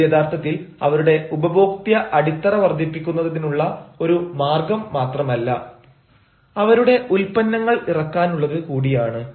ഇത് യഥാർത്ഥത്തിൽ അവരുടെ ഉപഭോക്ത്യ അടിത്തറ വർധിപ്പിക്കുന്നതിനുള്ള ഒരു മാർഗ്ഗം മാത്രമല്ല അവരുടെ ഉൽപ്പന്നങ്ങൾ ഇറക്കാനുള്ളത് കൂടിയാണ്